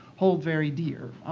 hold very dear.